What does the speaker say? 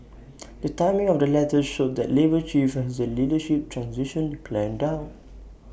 the timing of the letters showed that labour chief has the leadership transition planned out